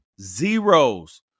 zeros